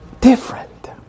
different